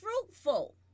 fruitful